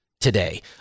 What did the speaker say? today